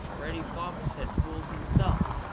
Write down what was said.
reddy fox had fooled himself.